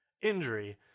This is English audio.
injury